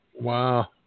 Wow